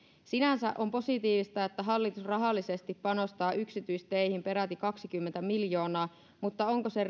sinänsä on positiivista että hallitus rahallisesti panostaa yksityisteihin peräti kaksikymmentä miljoonaa mutta onko se